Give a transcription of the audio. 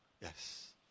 Yes